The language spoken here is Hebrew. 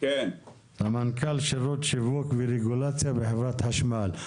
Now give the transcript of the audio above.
מנכ"ל שירות שיווק ורגולציה בחברת חשמל.